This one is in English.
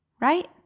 right